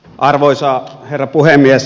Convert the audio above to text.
arvoisa herra puhemies